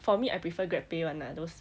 for me I prefer grabpay [one] lah those